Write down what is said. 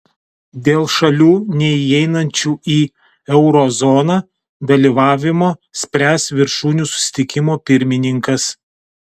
dėl šalių neįeinančių į euro zoną dalyvavimo spręs viršūnių susitikimo pirmininkas